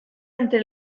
entre